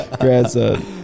Grandson